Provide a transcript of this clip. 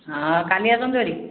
ହଁ କାଲି ଆସନ୍ତୁ ହେରି